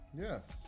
Yes